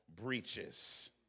breaches